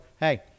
Hey